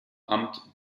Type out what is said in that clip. amt